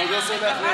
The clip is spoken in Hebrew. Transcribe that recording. אתה עוד לא סולח לי על,